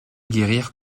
guérir